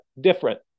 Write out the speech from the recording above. different